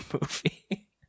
movie